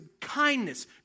kindness